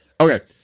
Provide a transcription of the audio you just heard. Okay